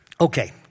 Okay